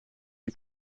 een